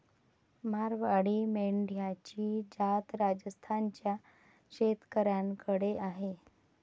मारवाडी मेंढ्यांची जात राजस्थान च्या शेतकऱ्याकडे आहे